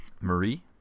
Marie